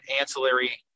ancillary